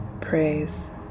Praise